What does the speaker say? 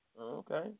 Okay